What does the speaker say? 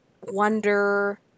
wonder